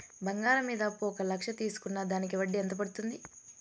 బంగారం మీద అప్పు ఒక లక్ష తీసుకున్న దానికి వడ్డీ ఎంత పడ్తుంది?